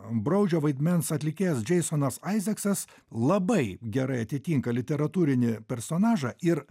braudžio vaidmens atlikėjas džeisonas aizeksas labai gerai atitinka literatūrinį personažą ir